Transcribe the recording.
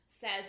says